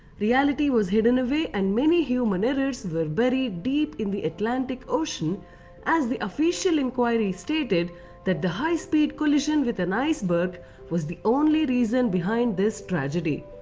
reality was hidden away and many human errors were buried deep in the atlantic ocean as the official inquiry stated that the high speed collision with an iceberg was the sole reason behind this tragedy.